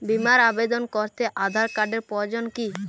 বিমার আবেদন করতে আধার কার্ডের প্রয়োজন কি?